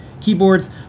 keyboards